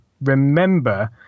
remember